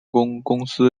公司